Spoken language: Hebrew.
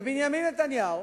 ובנימין נתניהו,